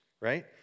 right